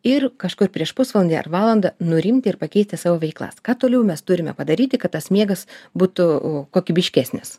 ir kažkur prieš pusvalandį ar valandą nurimti ir pakeisti savo veiklas kad toliau mes turime padaryti kad tas miegas būtų kokybiškesnis